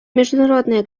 международная